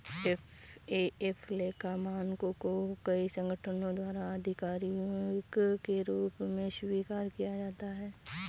FAF लेखा मानकों को कई संगठनों द्वारा आधिकारिक के रूप में स्वीकार किया जाता है